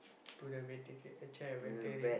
to the vete~ veterinarian